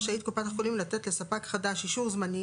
רשאית קופת חולים לתת לספק חדש אישור זמני,